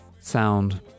sound